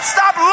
Stop